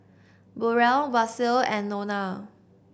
Burrel Basil and Nona